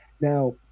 now